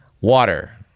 water